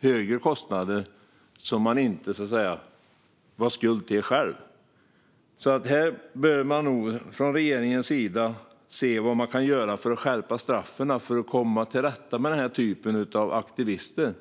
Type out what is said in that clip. högre kostnader som de inte själva var skuld till. Här bör man nog från regeringens sida se vad man kan göra för att skärpa straffen för att komma till rätta med denna typ av aktivister.